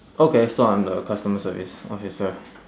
okay so I'm the customer service officer